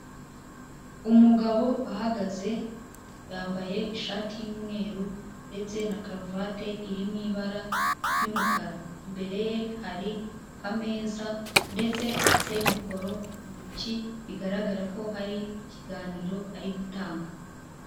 Umugabo ahagaze yambaye ishati y'umweru ndetse na karuvati iri mu ibara ry'umukara. Imbere ye hari akameza ndetse afite mikoro mu ntoki bigaragara ko hari ikiganiro ari gutanga.